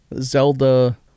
Zelda